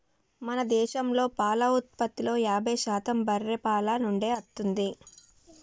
మన దేశంలో పాల ఉత్పత్తిలో యాభై శాతం బర్రే పాల నుండే అత్తుంది